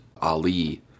Ali